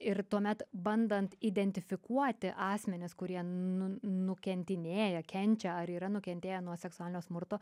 ir tuomet bandant identifikuoti asmenis kurie nu nukentinėja kenčia ar yra nukentėję nuo seksualinio smurto